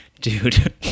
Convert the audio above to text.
dude